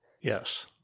Yes